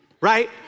Right